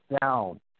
down